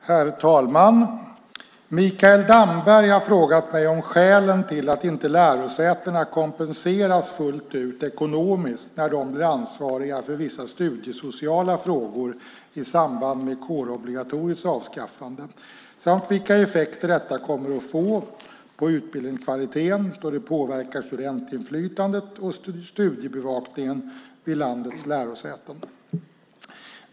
Herr talman! Mikael Damberg har frågat mig om skälen till att inte lärosätena kompenseras fullt ut ekonomiskt när de blir ansvariga för vissa studiesociala frågor i samband med kårobligatoriets avskaffande samt vilka effekter detta kommer att få på utbildningskvaliteten då det påverkar studentinflytandet och studiebevakningen vid landets lärosäten.